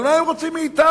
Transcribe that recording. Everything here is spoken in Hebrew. אבל מה הם רוצים מאתנו?